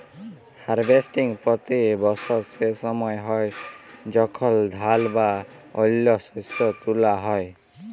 harvesting পতি বসর সে সময় হ্যয় যখল ধাল বা অল্য শস্য তুলা হ্যয়